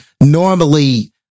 Normally